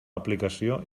aplicació